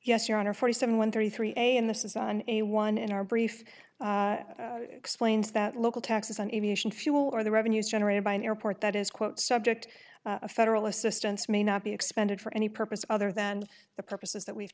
yes your honor forty seven one three three a and this is on a one in our brief explains that local taxes on aviation fuel or the revenues generated by an airport that is quote subject of federal assistance may not be expended for any purpose other than the purposes that we've